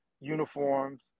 uniforms